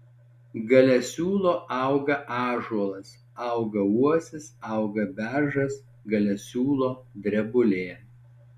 gale siūlo auga ąžuolas auga uosis auga beržas gale siūlo drebulė